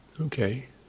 okay